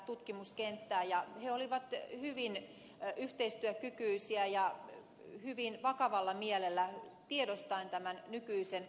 he olivat hyvin yhteistyökykyisiä ja hyvin vakavalla mielellä tiedostaen tämän nykyisen ongelman